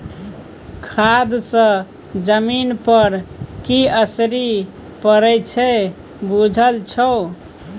खाद सँ जमीन पर की असरि पड़य छै बुझल छौ